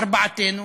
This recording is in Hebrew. ארבעתנו,